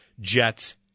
Jets